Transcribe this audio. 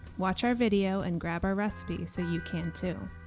watch our video and grab our recipe so you can, too.